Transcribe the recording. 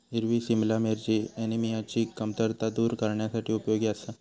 हिरवी सिमला मिरची ऍनिमियाची कमतरता दूर करण्यासाठी उपयोगी आसा